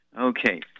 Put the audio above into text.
Okay